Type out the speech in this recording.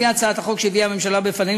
לפי הצעת החוק שהביאה הממשלה בפנינו